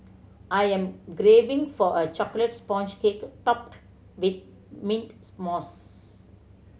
I am craving for a chocolate sponge cake topped with mint mousse